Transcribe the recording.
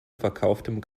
verkauftem